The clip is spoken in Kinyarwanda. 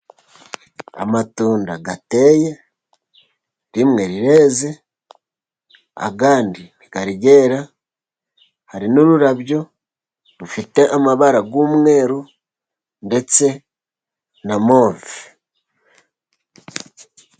Amatunda ateye, rimwe rireze, ayandi ntiyari yera. Hari n'ururabyo rufite amabara y'umweru ndetse na move.